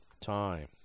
time